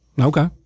Okay